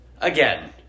Again